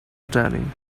stunning